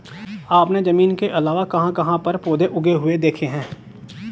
आपने जमीन के अलावा कहाँ कहाँ पर पौधे उगे हुए देखे हैं?